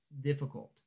difficult